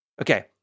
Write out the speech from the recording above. Okay